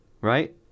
right